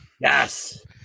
yes